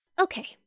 Okay